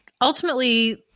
ultimately